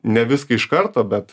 ne viską iš karto bet